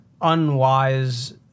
unwise